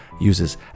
uses